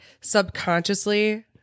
subconsciously